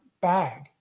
bag